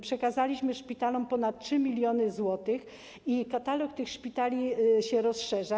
Przekazaliśmy szpitalom ponad 3 mln zł i katalog tych szpitali się rozszerza.